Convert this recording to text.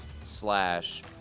slash